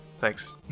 thanks